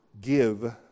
give